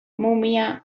mumia